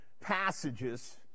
passages